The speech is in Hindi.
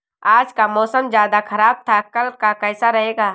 आज का मौसम ज्यादा ख़राब था कल का कैसा रहेगा?